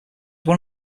one